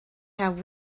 have